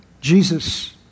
Jesus